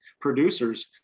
producers